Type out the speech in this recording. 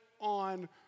on